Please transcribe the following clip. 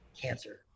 cancer